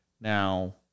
Now